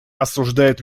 осуждает